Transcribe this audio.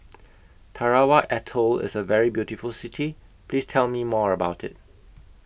Tarawa Atoll IS A very beautiful City Please Tell Me More about IT